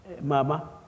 Mama